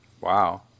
Wow